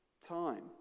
time